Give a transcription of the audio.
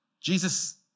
Jesus